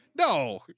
No